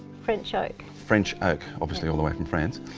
french oak. french oak, obviously all the way from france.